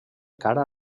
cara